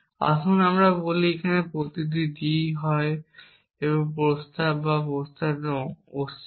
আসুন আমরা বলি এবং প্রতিটি d I হয় একটি প্রস্তাব বা প্রস্তাবের অস্বীকার